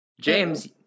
James